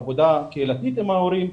עבודה קהילתית עם ההורים,